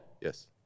Yes